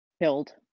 killed